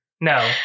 No